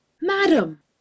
madam